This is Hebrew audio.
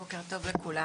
בוקר טוב לכולם.